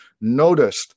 noticed